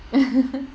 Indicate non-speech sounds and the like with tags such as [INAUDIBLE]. [LAUGHS]